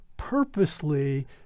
purposely